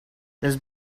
this